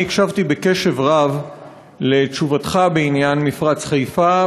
אני הקשבתי קשב רב לתשובתך בעניין מפרץ-חיפה,